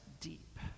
deep